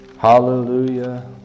Hallelujah